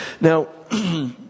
now